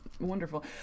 wonderful